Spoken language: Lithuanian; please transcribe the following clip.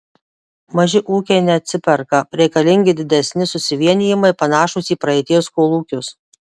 maži ūkiai neatsiperka reikalingi didesni susivienijimai panašūs į praeities kolūkius